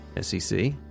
SEC